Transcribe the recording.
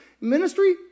ministry